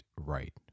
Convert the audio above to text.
right